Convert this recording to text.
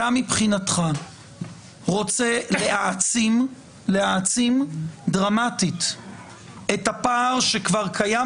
אתה מבחינתך רוצה להעצים דרמטית את הפער שכבר קיים